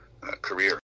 career